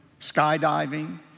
skydiving